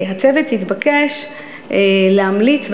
הצוות התבקש להמליץ,